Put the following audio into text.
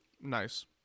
nice